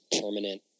permanent